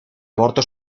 aborto